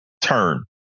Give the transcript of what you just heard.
turn